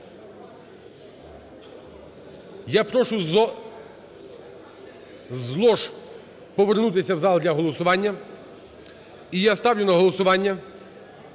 Я прошу з лож повернутися в зал для голосування. І я ставлю на голосування